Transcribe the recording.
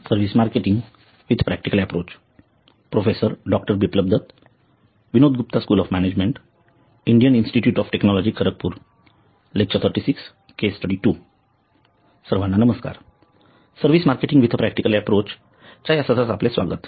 सर्वाना नमस्कार service marketing with a practical approach च्या या सत्रात आपले स्वागत